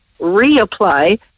reapply